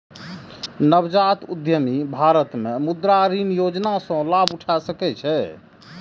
नवजात उद्यमी भारत मे मुद्रा ऋण योजना सं लाभ उठा सकै छै